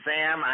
Sam